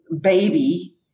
baby